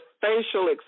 facial